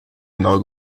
genau